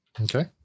Okay